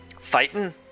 Fighting